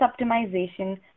optimization